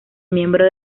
miembro